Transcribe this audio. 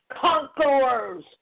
conquerors